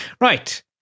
Right